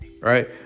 right